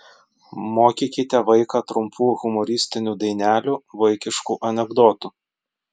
mokykite vaiką trumpų humoristinių dainelių vaikiškų anekdotų